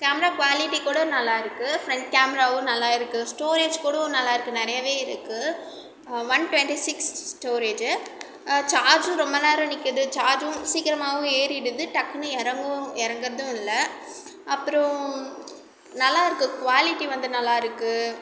camera quality கூட நல்லாயிருக்கு front கேமராவும் நல்லாயிருக்கு ஸ்டோரேஜ் கூட நல்லாயிருக்கு நிறையவே இருக்குது ஒன் ட்வெண்ட்டி சிக்ஸ் ஸ்டோரேஜு சார்ஜும் ரொம்ப நேரம் நிற்குது சார்ஜும் சீக்கரமாகவும் ஏறிடுது டக்குனு இறங்கவும் இறங்கறதும் இல்லை அப்புறோம் நல்லாயிருக்கு குவாலிட்டி வந்து நல்லாயிருக்கு